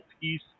piece